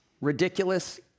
Ridiculous